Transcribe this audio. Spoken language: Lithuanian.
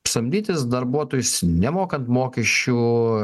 samdytis darbuotojus nemokant mokesčių